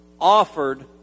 offered